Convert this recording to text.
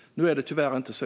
Nu är det tyvärr inte så.